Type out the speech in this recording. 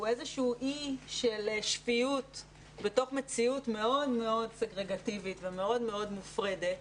היא אי של שפיות בתוך מציאות מאוד מאוד סגרגטיבית ומאוד מאוד מופרדת,